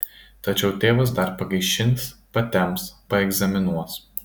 tačiau tėvas dar pagaišins patemps paegzaminuos